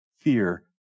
Fear